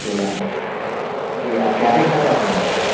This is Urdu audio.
اکیلے آئے ہیں جی آپ کیا دیکھنا چاہتے ہیں یہاں پہ